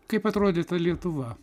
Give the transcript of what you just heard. kaip atrodė ta lietuva